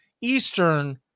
Eastern